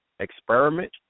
experiment